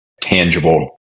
tangible